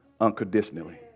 unconditionally